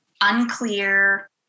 unclear